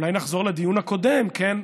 אולי נחזור לדיון הקודם, כן,